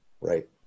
right